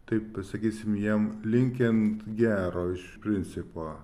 taip pasakysim jam linkint gero iš principo